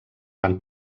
fan